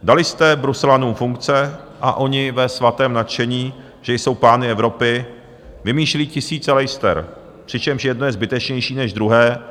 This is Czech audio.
Dali jste bruselanům funkce a oni ve svatém nadšení, že jsou pány Evropy, vymýšlí tisíce lejster, přičemž jedno je zbytečnější než druhé.